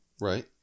right